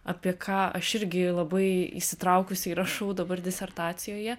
apie ką aš irgi labai įsitraukusiai rašau dabar disertacijoje